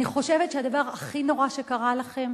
אני חושבת שהדבר הכי נורא שקרה לכם,